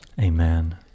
amen